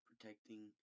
protecting